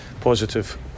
positive